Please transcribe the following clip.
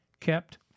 Kept